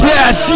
Yes